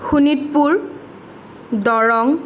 Sonitpur Darrang